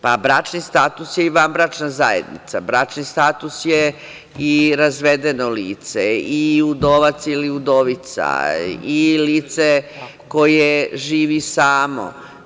Pa, bračni status je i vanbračna zajednica, bračni status je i razvedeno lice i udovac ili udovica, kao i lice koje živi samo.